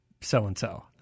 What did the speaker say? so-and-so